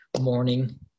morning